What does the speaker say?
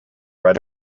right